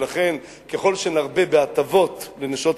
ולכן ככל שנרבה בהטבות לנשות ישראל,